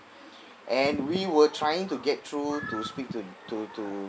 and we were trying to get through to speak to to to